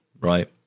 right